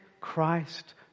Christ